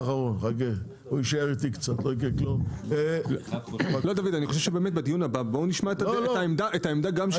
אני חושב שבדיון הבא נשמע את העמדה גם של משרד ראש הממשלה.